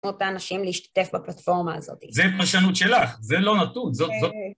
אות מאנשים להשתתף בפלטפורמה הזאת. זה פרשנות שלך, זה לא נתון.